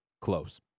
close